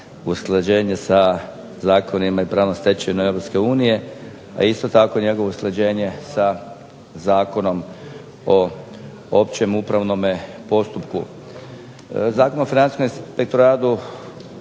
usklađenje sa zakonima i pravnom stečevinom EU, a isto tako njegovo usklađenje sa Zakonom o općem upravnom postupku. Zakon o Financijskom inspektoratu